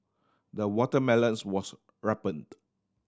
the watermelons was ripened